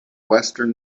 western